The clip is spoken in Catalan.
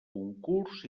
concurs